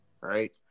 Right